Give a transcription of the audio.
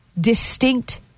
distinct